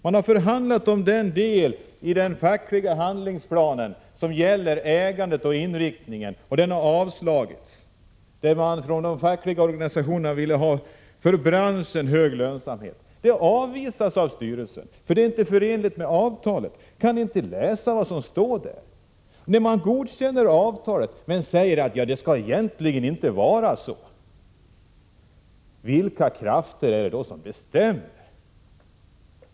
Man har förhandlat om den del i den fackliga handlingsplanen som gäller ägandet och inriktningen, och fackets förslag har avslagits. De fackliga organisationerna ville ha ”för branschen hög lönsamhet”, men det avvisas av styrelsen, för det är inte förenligt med avtalet. Kan ni inte läsa vad som står där? Utskottet godkänner avtalet men säger att det skall egentligen inte vara så. Vilka krafter är det som bestämmer?